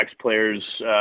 players